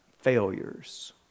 Failures